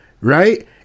Right